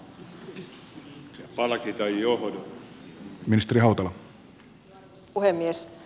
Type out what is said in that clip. arvoisa puhemies